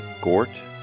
Gort